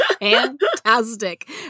fantastic